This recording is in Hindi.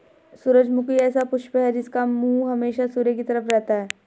सूरजमुखी ऐसा पुष्प है जिसका मुंह हमेशा सूर्य की तरफ रहता है